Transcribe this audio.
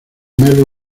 melo